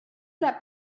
that